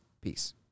Peace